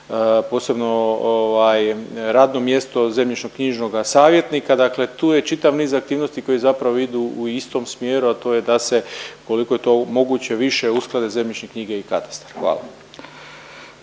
posebno ovaj, radno mjesto zemljišno-knjižnoga savjetnika, dakle tu je čitav niz aktivnosti koje zapravo idu u istom smjeru, a to je da se, koliko je to moguće više, usklade zemljišne knjige i katastar. Hvala.